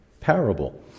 parable